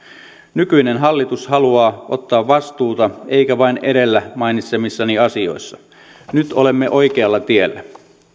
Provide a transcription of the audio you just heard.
nykyinen hallitus haluaa ottaa vastuuta eikä vain edellä mainitsemissani asioissa nyt olemme oikealla tiellä